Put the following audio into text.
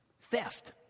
Theft